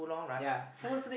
ya